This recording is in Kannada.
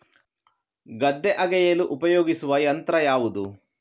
ಗದ್ದೆ ಅಗೆಯಲು ಉಪಯೋಗಿಸುವ ಯಂತ್ರ ಯಾವುದು?